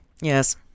Yes